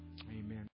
Amen